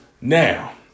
Now